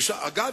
אגב,